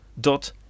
dot